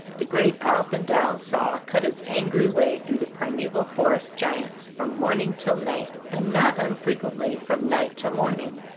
the great up-and-down saw cut its angry way through the primeval forest giants from morning till night, and not unfrequently from night till morning.